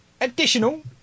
Additional